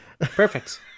Perfect